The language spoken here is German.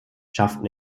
schafften